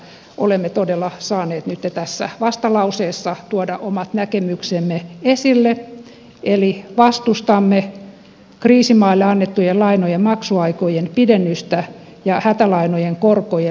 olemme todella saaneet nyt tässä vastalauseessa tuoda omat näkemyksemme esille eli vastustamme kriisimaille annettujen lainojen maksuaikojen pidennystä ja hätälainojen korkojen leikkausta